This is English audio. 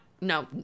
no